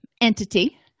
entity